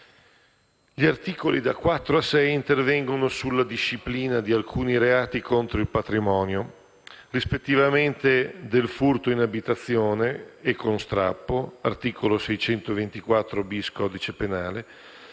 Gli articoli da 4 a 6 intervengono sulla disciplina di alcuni reati contro il patrimonio: rispettivamente del furto in abitazione e con strappo (articolo 624-*bis* del codice penale),